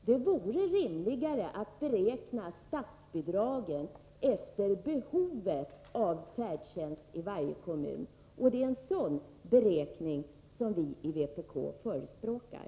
Det vore rimligare att beräkna statsbidragen efter behovet av färdtjänst i varje kommun. Det är en sådan beräkning som vi i vpk förespråkar.